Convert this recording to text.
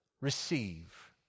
receive